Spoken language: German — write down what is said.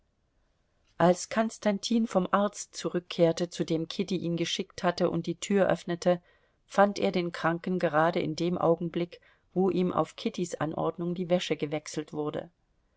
als konstantin vom arzt zurückkehrte zu dem kitty ihn geschickt hatte und die tür öffnete fand er den kranken gerade in dem augenblick wo ihm auf kittys anordnung die wäsche gewechselt wurde